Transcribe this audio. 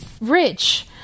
rich